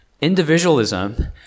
Individualism